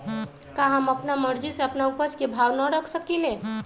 का हम अपना मर्जी से अपना उपज के भाव न रख सकींले?